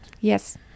Yes